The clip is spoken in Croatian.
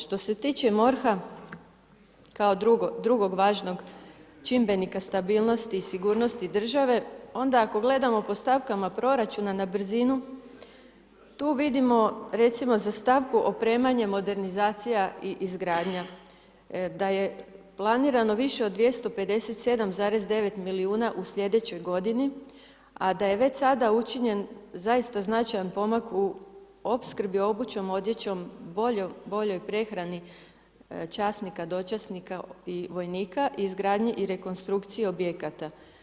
Što se tiče MORH-a kao drugog važnog čimbenika stabilnosti i sigurnosti države, onda ako gledamo po stavkama proračuna na brzinu, tu vidimo, recimo za stavu opremanje, modernizacija i izgradnja, da je planirano više od 257,9 milijuna u sljedećoj g. a da je već sada učinjene zaista značajan pomak u opskrbi obućom, odjećom, boljoj prehrani časnika, dočasnika i vojnika, izgradnji i rekonstrukciji objekata.